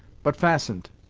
but fastened.